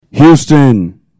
Houston